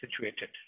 situated